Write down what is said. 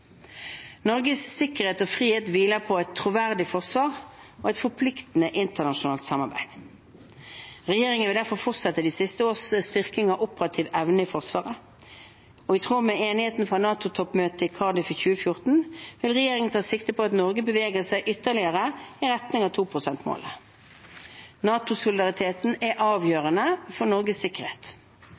Norges sikkerhet og frihet hviler på et troverdig forsvar og et forpliktende internasjonalt samarbeid. Regjeringen vil derfor fortsette de siste års styrking av operativ evne i Forsvaret. I tråd med enigheten fra NATO-toppmøtet i Cardiff i 2014 vil regjeringen ta sikte på at Norge beveger seg ytterligere i retning av 2-prosentmålet. NATO-solidariteten er avgjørende for Norges sikkerhet.